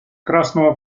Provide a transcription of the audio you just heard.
красного